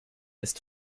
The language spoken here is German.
ist